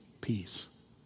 peace